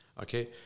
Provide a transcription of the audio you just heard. Okay